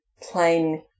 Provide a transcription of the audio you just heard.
plain